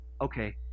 okay